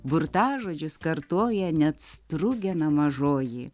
burtažodžius kartoja net strugena mažoji